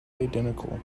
identical